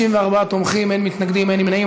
54 תומכים, אין מתנגדים, אין נמנעים.